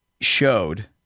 showed